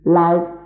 life